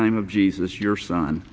name of jesus your son